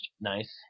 Nice